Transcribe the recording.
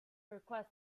request